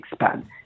expand